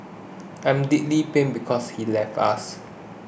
I'm deeply pained because he's left us